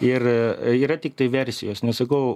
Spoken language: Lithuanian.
ir yra tiktai versijos nes sakau